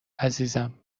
عزیزم